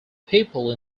people